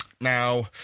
Now